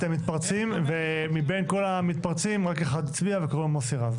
אתם מתפרצים ומבין כל המתפרצים רק אחד הצביע וקוראים לו מוסי רז.